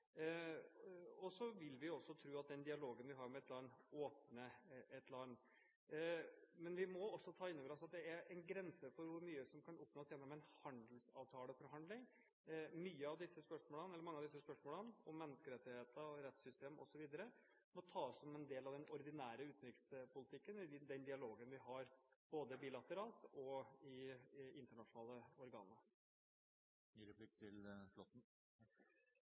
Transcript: Og så vil vi jo også tro at den dialogen vi har med et land, åpner et land. Men vi må også ta inn over oss at det er en grense for hvor mye som kan oppnås gjennom en handelsavtaleforhandling. Mange av disse spørsmålene om menneskerettigheter, rettssystem osv. må tas som en del av den ordinære utenrikspolitikken i den dialogen vi har både bilateralt og i internasjonale organer.